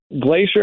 Glacier